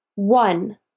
One